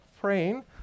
praying